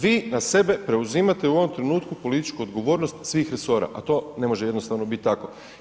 Vi na sebe preuzimate u ovom trenutku političku odgovornost svih resora, a to ne može jednostavno biti tako.